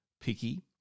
picky